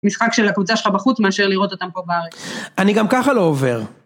משחק של הקבוצה שלך בחוץ מאשר לראות אותם פה בארץ. אני גם ככה לא עובר.